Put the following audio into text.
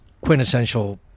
quintessential